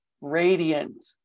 Radiant